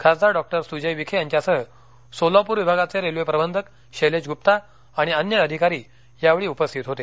खासदार डॉ सुजय विखे यांच्यासह सोलापूर विभागाचे रेल्वे प्रबंधक शैलेश ग्रप्ता आणि अन्य अधिकारी यावेळी उपस्थित होते